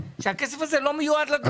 שהכסף הזה לא מיועד לדירה,